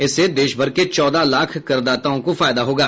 इससे देश भर के चौदह लाख करदाताओं को फायदा होगा